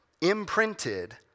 imprinted